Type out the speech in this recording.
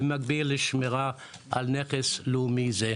במקביל לשמירה על נכס לאומי זה.